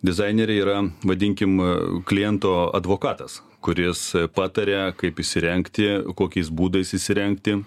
dizaineriai yra vadinkim kliento advokatas kuris pataria kaip įsirengti kokiais būdais įsirengti